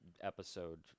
episode